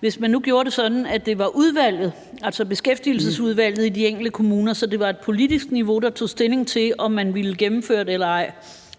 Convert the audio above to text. Hvis man nu gjorde det sådan, at det var udvalget, altså beskæftigelsesudvalget i de enkelte kommuner – så det var et politisk niveau – der tog stilling til, om man ville benytte ordningen eller ej,